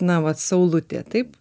na va saulutė taip